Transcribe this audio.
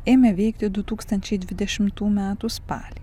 ėmė veikti du tūkstančiai dvidešimtų metų spalį